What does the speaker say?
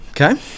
Okay